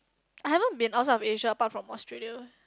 I haven't been outside of Asia apart from Australia